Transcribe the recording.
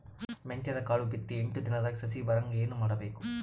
ಮೆಂತ್ಯದ ಕಾಳು ಬಿತ್ತಿ ಎಂಟು ದಿನದಾಗ ಸಸಿ ಬರಹಂಗ ಏನ ಮಾಡಬೇಕು?